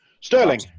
Sterling